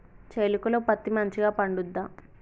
చేలుక లో పత్తి మంచిగా పండుద్దా?